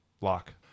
Lock